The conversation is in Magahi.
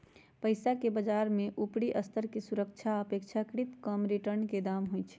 पइसाके बजार में उपरि स्तर के सुरक्षा आऽ अपेक्षाकृत कम रिटर्न के दाम होइ छइ